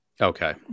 Okay